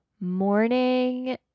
morning